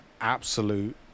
absolute